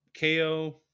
KO